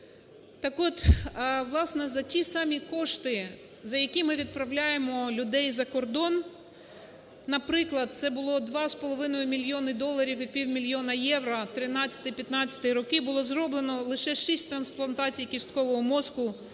Так от, власне, за ті самі кошти, за які ми відправляємо людей закордон, наприклад, це було два з половиною мільйони доларів і півмільйона євро, у 13-15 роки було зроблено лише 6 трансплантацій кісткового мозку,